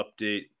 update